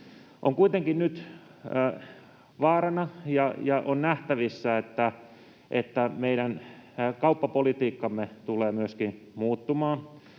On kuitenkin nyt vaarana ja nähtävissä, että meidän kauppapolitiikkamme tulee myöskin muuttumaan.